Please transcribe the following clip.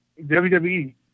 WWE